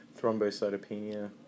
thrombocytopenia